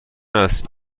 است